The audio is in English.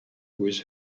with